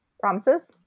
Promises